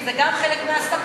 אם זה גם חלק מההסתה,